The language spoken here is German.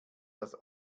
das